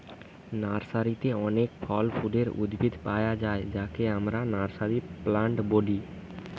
নার্সারিতে অনেক ফল ফুলের উদ্ভিদ পায়া যায় যাকে আমরা নার্সারি প্লান্ট বলি